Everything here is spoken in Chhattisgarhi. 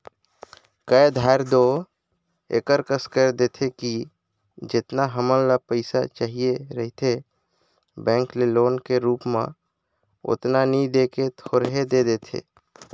कए धाएर दो एकर कस कइर देथे कि जेतना हमन ल पइसा चाहिए रहथे बेंक ले लोन के रुप म ओतना नी दे के थोरहें दे देथे